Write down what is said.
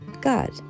God